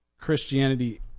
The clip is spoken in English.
Christianity